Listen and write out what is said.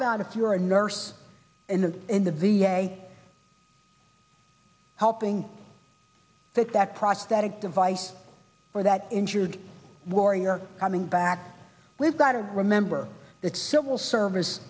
about if you're a nurse in the in the v a helping with that prosthetic device or that injured warrior coming back we've got to remember that civil service